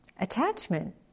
attachment